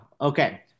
Okay